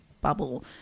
bubble